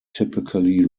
typically